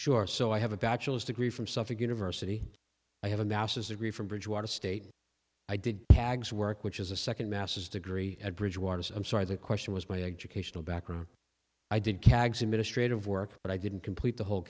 sure so i have a bachelor's degree from suffolk university i have a master's degree from bridgewater state i did tag's work which is a second master's degree at bridgewater i'm sorry the question was my educational background i did kagame in a straight of work but i didn't complete the whole